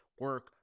Work